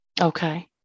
okay